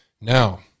Now